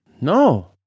No